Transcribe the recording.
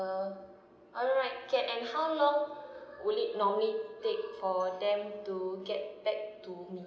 ~(uh) alright and how long would it normally take for them to get back to me